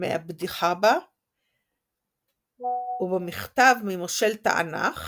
מעבדיחבה ובמכתב ממושל תענך